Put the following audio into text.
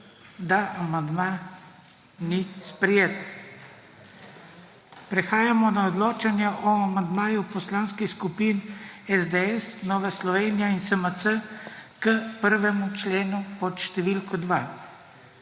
da amandma ni bil sprejet. Prehajamo na odločane o amandmaju Poslanskih skupin SDS, Nova Slovenija in SMC k 71.a členu pod številko 2.